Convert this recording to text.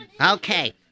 Okay